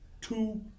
Two